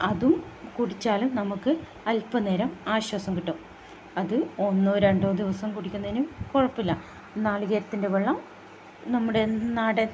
അതും കുടിച്ചാൽ നമുക്ക് അല്പം നേരം ആശ്വാസം കിട്ടും അത് ഒന്നോ രണ്ടോ ദിവസം കുടിക്കുന്നതിനും കുഴപ്പമില്ല നാളികേരത്തിൻ്റെ വെള്ളം നമ്മുടെ നാടൻ